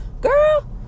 girl